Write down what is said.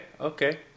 okay